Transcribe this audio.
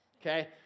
Okay